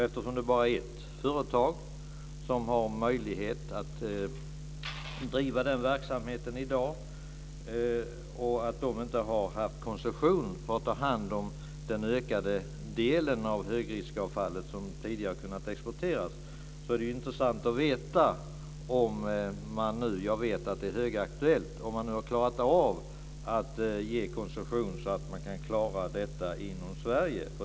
Eftersom det bara är ett företag som har möjlighet att driva denna verksamhet i dag och det företaget inte har haft koncession att ta hand om den delen av högriskavfallet som tidigare har kunnat exporteras, skulle det vara intressant att veta om man nu - jag vet att det är högaktuellt - har klarat av att ge koncession så att det går att klara detta inom Sverige.